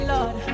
Lord